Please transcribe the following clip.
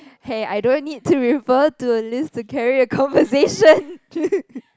hey I don't need to refer to the list to carry the conversation